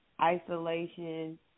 isolation